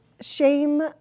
Shame